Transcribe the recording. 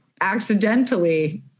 Accidentally